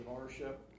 ownership